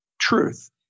truth